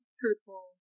truthful